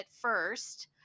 first